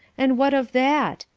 and what of that?